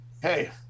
hey